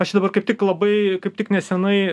aš čia dabar kaip tik labai kaip tik nesenai